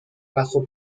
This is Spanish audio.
bajo